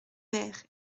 mère